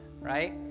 right